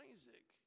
Isaac